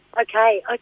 Okay